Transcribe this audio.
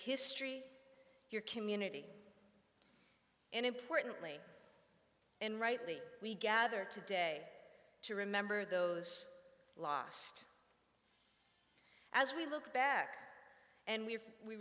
history your community and importantly and rightly we gather today to remember those lost as we look back and we